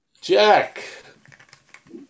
Jack